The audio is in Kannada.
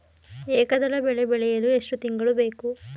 ಏಕದಳ ಬೆಳೆ ಬೆಳೆಯಲು ಎಷ್ಟು ತಿಂಗಳು ಬೇಕು?